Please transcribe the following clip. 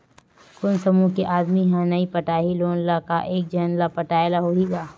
कोन समूह के आदमी हा नई पटाही लोन ला का एक झन ला पटाय ला होही का?